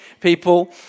people